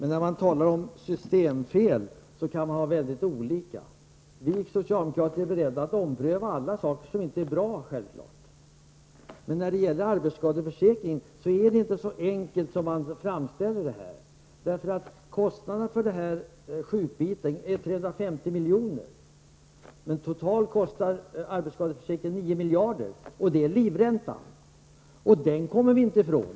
När man talar om systemfel kan man dock ha väldigt olika uppfattning. Vi socialdemokrater är självfallet beredda att ompröva alla saker som inte är bra. När det gäller arbetsskadeförsäkringen är det inte så enkelt som man framställer det här. Kostnaderna för sjukdelen är 350 milj.kr., men totalt kostar arbetsskadeförsäkringen 9 miljarder, och det är livräntan som kommer till. Den kommer vi inte ifrån.